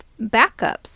backups